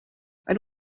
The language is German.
ein